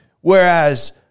Whereas